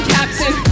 Captain